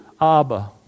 Abba